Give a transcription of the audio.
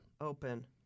Open